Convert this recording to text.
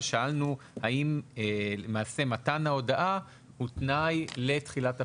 בהן שאלנו האם מתן ההודעה הוא תנאי לתחילת הפעילות.